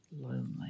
lonely